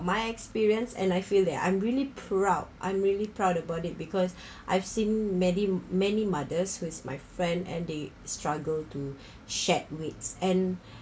my experience and I feel that I'm really proud I'm really proud about it because I've seen many many mothers who is my friend and they struggle to shed weight and